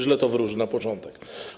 Źle to wróży na początek.